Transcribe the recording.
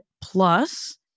plus